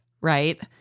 right